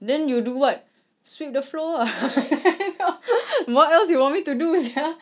then you do what sweep the floor ah what else you want me to do sia